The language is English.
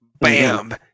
bam